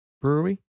Brewery